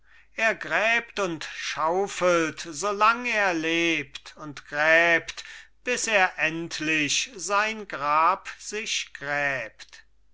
er gräbt und schaufelt so lang er lebt und gräbt bis er endlich sein grab sich gräbt